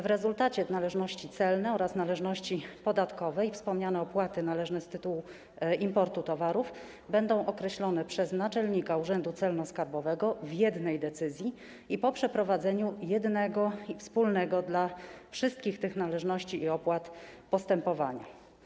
W rezultacie należności celne oraz należności podatkowe i wspomniane opłaty należne z tytułu importu towarów będą określane przez naczelnika urzędu celno-skarbowego w jednej decyzji, po przeprowadzeniu jednego, wspólnego dla wszystkich tych należności i opłat postępowania.